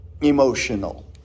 emotional